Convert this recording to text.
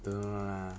don't know lah